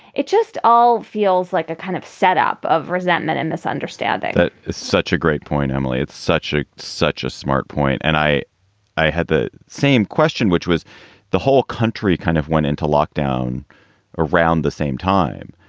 it just all feels like a kind of setup of resentment and misunderstanding that is such a great point. emily, it's such a such a smart point. point. and i i had the same question, which was the whole country kind of went into lockdown around the same time.